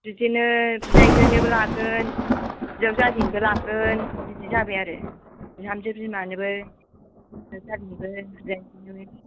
बिदिनो बियायजोनिबो लागोन बिजावजालिनिबो लागोन बिदि जाबाय आरो बिहामजो बिमानोबो बिजावजालिनोबो बिबियायनोबो